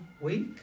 week